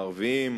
הערביים,